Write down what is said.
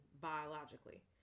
biologically